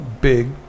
big